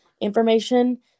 information